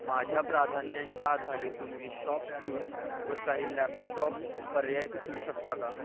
माझ्या प्राधान्यांच्या आधारे तुम्ही शॉपक्ल्यूजवर काही लॅपटॉप पर्याय सुचवू शकता का